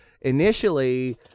initially